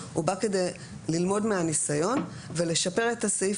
הוא בא כדי ללמוד מהניסיון ולשפר את הסעיפים